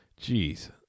Jeez